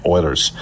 Oilers